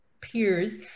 peers